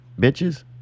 Bitches